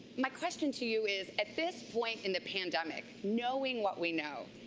my question to you is, at this point in the pandemic, knowing what we know,